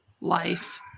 Life